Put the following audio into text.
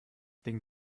den